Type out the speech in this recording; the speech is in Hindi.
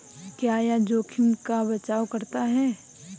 क्या यह जोखिम का बचाओ करता है?